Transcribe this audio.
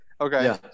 Okay